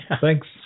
Thanks